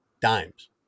dimes